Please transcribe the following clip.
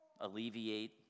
alleviate